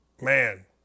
man